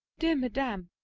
dear madam,